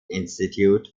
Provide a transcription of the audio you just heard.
institute